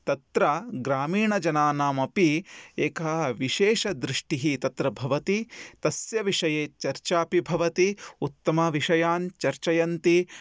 तत्र ग्रामीणजनानामपि एकः विशेषदृष्टिः तत्र भवति तस्य विषये चर्चापि भवति उत्तमविषयान् चर्चयन्ति